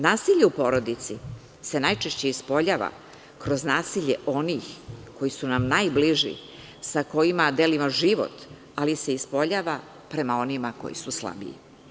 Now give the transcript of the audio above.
Nasilje u porodici se najčešće ispoljava kroz nasilje onih koji su nam najbliži, sa kojima delimo život, ali se ispoljava prema onima koji su slabiji.